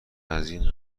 ازاین